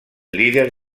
líder